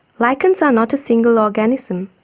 lichens are not a single organism,